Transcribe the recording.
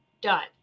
done